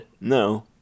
no